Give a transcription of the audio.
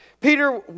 Peter